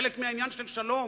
כחלק מהעניין של שלום,